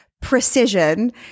precision